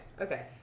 okay